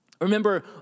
Remember